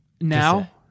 Now